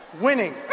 winning